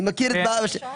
יודע את זה.